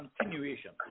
continuation